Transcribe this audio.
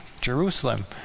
Jerusalem